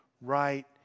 right